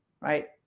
right